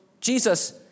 Jesus